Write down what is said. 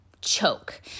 choke